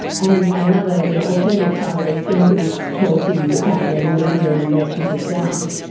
and another you know alternative title we've seen for this talk is about you know the media and the merchants of doubt.